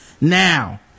now